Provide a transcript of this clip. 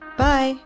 Bye